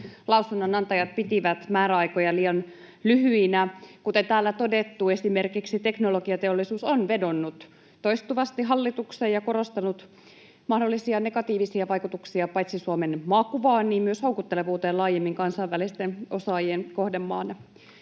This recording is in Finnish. lausunnonantajat pitivät määräaikoja liian lyhyinä. Kuten täällä on todettu, esimerkiksi Teknologiateollisuus on vedonnut toistuvasti hallitukseen ja korostanut mahdollisia negatiivisia vaikutuksia paitsi Suomen maakuvaan myös houkuttelevuuteen laajemmin kansainvälisten osaajien kohdemaana.